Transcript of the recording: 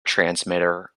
transmitter